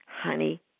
Honey